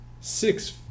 Six